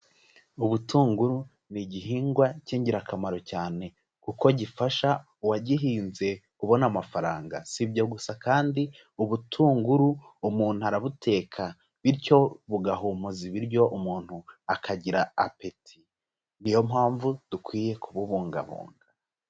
Ubutunguru ni igihingwa cy'ingirakamaro cyane kuko gifasha uwagihinze kubona amafaranga, si ibyo gusa kandi ubutunguru umuntu arabuteka bityo bugahumuza ibiryo umuntu akagira apeti, niyo mpamvu dukwiye kububungabunga.